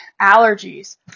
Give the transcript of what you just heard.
allergies